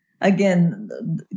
Again